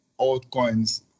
altcoins